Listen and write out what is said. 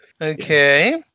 Okay